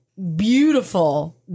Beautiful